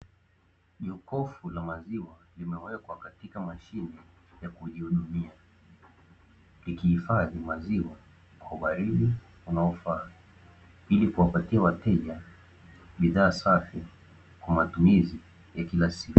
Jokofu la maziwa limewekwa katika mashine ya kujihudumia, likifadhi maziwa kwa ubaridi unaofaa ili kuwapatia wateja bidhaa safi kwa matumizi ya kila siku.